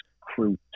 crew